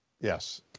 Yes